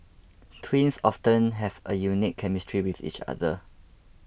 twins often have a unique chemistry with each other